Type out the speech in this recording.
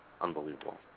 Unbelievable